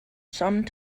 some